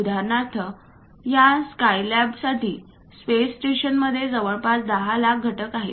उदाहरणार्थ या स्काईलॅबसाठी स्पेस स्टेशनमध्ये जवळपास 10 लाख घटक आहेत